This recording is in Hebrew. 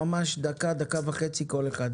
ממש דקה דקה וחצי כל אחד,